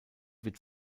wird